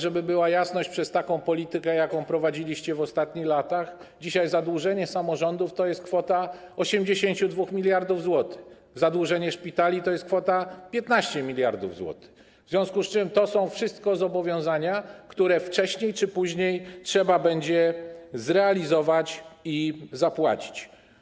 Żeby była jasność: przez taką politykę, jaką prowadziliście w ostatnich latach, dzisiaj zadłużenie samorządów to jest kwota 82 mld zł, zadłużenie szpitali to jest kwota 15 mld zł - w związku z czym to są wszystko zobowiązania, które wcześniej czy później trzeba będzie zrealizować i zapłacić.